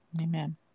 Amen